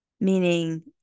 Meaning